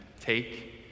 Take